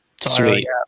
Sweet